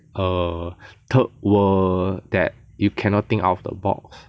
err third world that you cannot think out of the box they are not very high risk taker lah